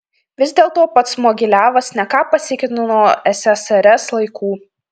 vis dėlto pats mogiliavas ne ką pasikeitė nuo ssrs laikų